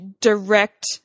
direct